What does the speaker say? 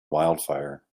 wildfire